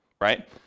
right